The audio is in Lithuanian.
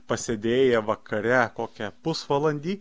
pasėdėję vakare kokią pusvalandį